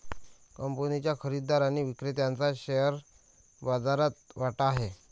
कंपनीच्या खरेदीदार आणि विक्रेत्याचा शेअर बाजारात वाटा आहे